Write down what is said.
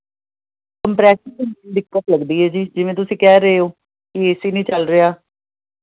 compressor 'ਚ ਦਿਕੱਤ ਲੱਗਦੀ ਹੈ ਜੀ ਜਿਵੇਂ ਤੁਸੀਂ ਕਹਿ ਰਹੇ ਹੋ ਏਸੀ ਨਹੀਂ ਚੱਲ ਰਿਹਾ